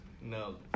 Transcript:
No